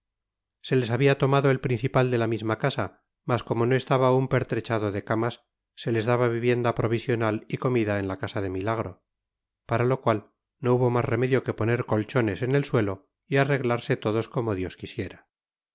se les había tomado el principal de la misma casa mas como no estaba aún pertrechado de camas se les daba vivienda provisional y comida en la casa de milagro para lo cual no hubo más remedio que poner colchones en el suelo y arreglarse todos como dios quisiera